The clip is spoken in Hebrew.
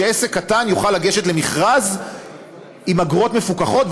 שעסק קטן יוכל לגשת למכרז עם אגרות מפוקחות,